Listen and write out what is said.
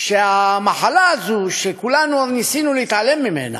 שהמחלה הזאת, שכולנו ניסינו להתעלם ממנה,